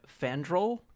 Fandral